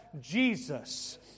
Jesus